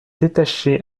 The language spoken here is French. détaché